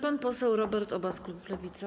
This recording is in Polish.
Pan poseł Robert Obaz, klub Lewica.